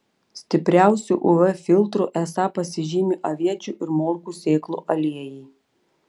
stipriausiu uv filtru esą pasižymi aviečių ir morkų sėklų aliejai